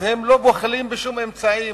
הם לא בוחלים בשום אמצעי,